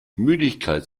müdigkeit